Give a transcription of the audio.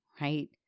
right